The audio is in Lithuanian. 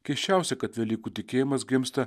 keisčiausia kad velykų tikėjimas gimsta